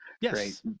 Yes